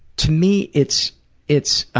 to me, it's it's